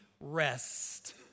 rest